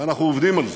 ואנחנו עובדים על זה,